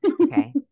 okay